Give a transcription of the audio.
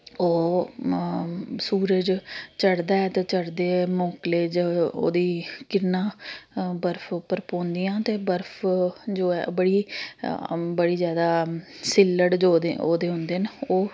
ओह् सूरज चढ़दा ऐ ते चढ़दे मोंकले च ओह्दी किरनां बर्फ उप्पर पौंदियां ते बर्फ जो ऐ ओह् बड़ी बड़ी जैदा सिल्लड़ जो ओह्दे होंदे न ओह्